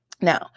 Now